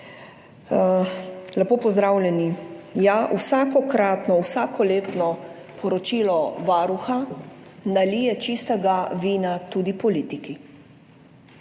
lepo pozdravljeni! Ja, vsakokratno, vsakoletno poročilo Varuha nalije čistega vina tudi politiki,